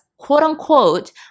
quote-unquote